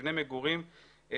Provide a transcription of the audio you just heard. מבנה מגורים ועוד.